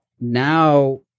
now